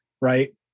right